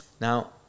now